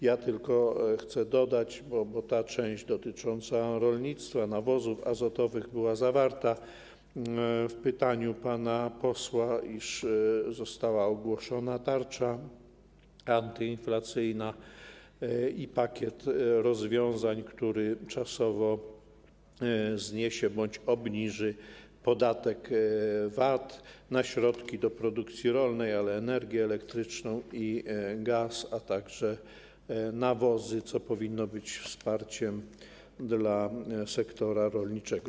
Ja tylko chcę dodać - bo ta kwestia dotycząca rolnictwa, nawozów azotowych była poruszona w pytaniu pana posła - iż została ogłoszona tarcza antyinflacyjna i pakiet rozwiązań, który czasowo zniesie bądź obniży podatek VAT na środki do produkcji rolnej, na energię elektryczną i gaz, a także nawozy, co powinno być wsparciem dla sektora rolniczego.